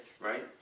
right